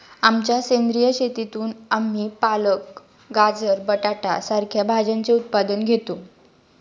आमच्या सेंद्रिय शेतीतून आम्ही पालक, गाजर, बटाटा सारख्या भाज्यांचे उत्पन्न घेतो